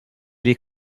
les